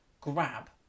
grab